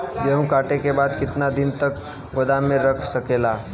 गेहूँ कांटे के बाद कितना दिन तक गोदाम में रह सकेला?